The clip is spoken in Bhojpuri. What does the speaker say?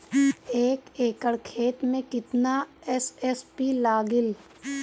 एक एकड़ खेत मे कितना एस.एस.पी लागिल?